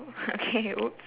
okay !oops!